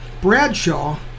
Bradshaw